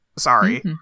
sorry